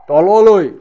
তললৈ